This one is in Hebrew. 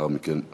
לאחר מכן הצבעה.